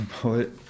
poet